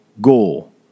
goal